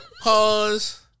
Pause